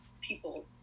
people